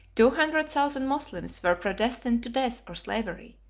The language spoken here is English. two hundred thousand moslems were predestined to death or slavery,